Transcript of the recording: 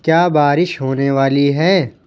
کیا بارش ہونے والی ہے